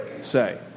say